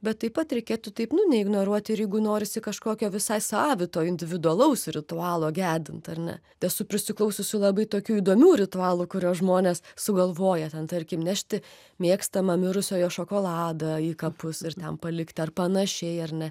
bet taip pat reikėtų taip nu neignoruoti ir jeigu norisi kažkokio visai savito individualaus ritualo gedint ar ne esu prisiklausiusi labai tokių įdomių ritualų kuriuos žmonės sugalvoja ten tarkim nešti mėgstamą mirusiojo šokoladą į kapus ir ten palikti ar panašiai ar ne